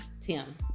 Tim